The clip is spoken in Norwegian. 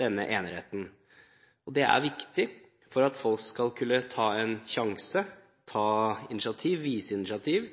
denne eneretten. Det er viktig for at folk skal kunne ta en sjanse, vise initiativ